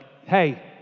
hey